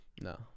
No